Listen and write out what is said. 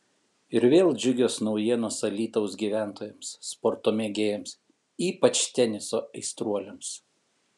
ir vėl džiugios naujienos alytaus gyventojams sporto mėgėjams ypač teniso aistruoliams